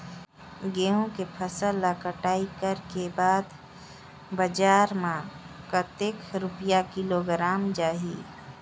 गंहू के फसल ला कटाई करे के बाद बजार मा कतेक रुपिया किलोग्राम जाही?